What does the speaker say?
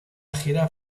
gira